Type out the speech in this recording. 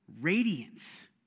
Radiance